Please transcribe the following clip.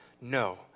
No